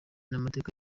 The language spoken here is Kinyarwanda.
n’amateka